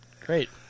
Great